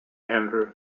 andrews